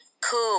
cool